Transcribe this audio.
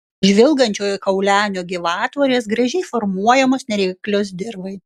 žvilgančiojo kaulenio gyvatvorės gražiai formuojamos nereiklios dirvai